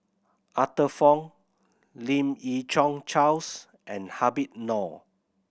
Arthur Fong Lim Yi Yong Charles and Habib Noh